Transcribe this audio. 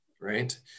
right